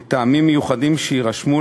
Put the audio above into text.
מטעמים מיוחדים שיירשמו,